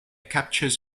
captures